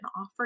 offer